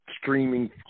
streaming